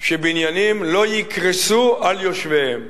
שבניינים לא יקרסו על יושביהם.